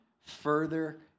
further